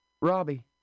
Robbie